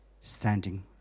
standing